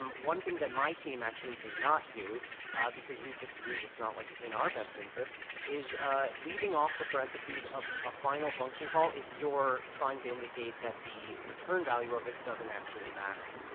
um one thing that my team actually does not do because we just agreed it's not like in our best interest interest is ah leaving off the parenthesis of a final function call if you're trying to indicate that the return value of it doesn't actually matter.